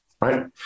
Right